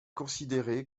considérée